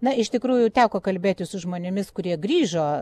na iš tikrųjų teko kalbėtis su žmonėmis kurie grįžo